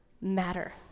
matter